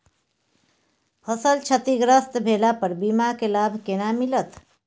फसल क्षतिग्रस्त भेला पर बीमा के लाभ केना मिलत?